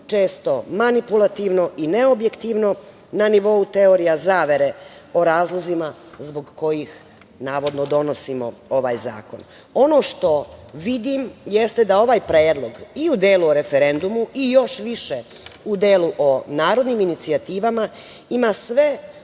često manipulativno i neobjektivno na nivou teorija zavere o razlozima zbog kojih navodno donosimo ovaj Zakon. Ono što vidim jeste da ovaj Predlog i u delu o referendumu, i još više u delu o narodnim inicijativama ima sve